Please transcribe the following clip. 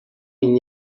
این